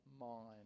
mind